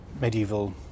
medieval